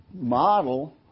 model